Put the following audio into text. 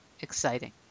exciting